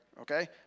Okay